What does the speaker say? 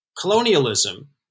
colonialism